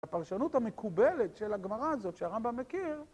הפרשנות המקובלת של הגמרא הזאת שהרמב"ם מכיר